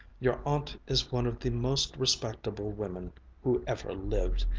your aunt is one of the most respectable women who ever lived,